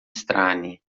strani